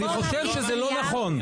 אני חושב שזה לא נכון.